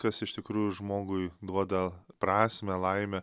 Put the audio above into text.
kas iš tikrųjų žmogui duoda prasmę laimę